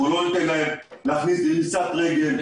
לא ניתן להם להכניס דריסת רגל.